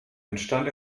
entstand